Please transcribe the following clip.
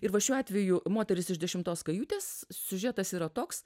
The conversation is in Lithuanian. ir va šiuo atveju moteris iš dešimtos kajutės siužetas yra toks